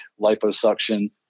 liposuction